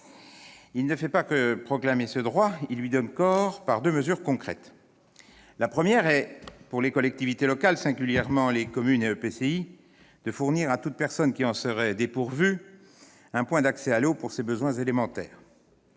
il ne fait pas que proclamer ce droit. Il lui donne corps par deux mesures concrètes. La première est l'obligation pour les collectivités locales, singulièrement les communes et les EPCI, de fournir à toute personne qui en serait dépourvue un point d'accès à l'eau pour ses besoins élémentaires.